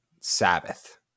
Sabbath